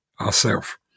ourself